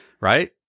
right